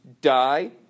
die